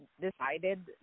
decided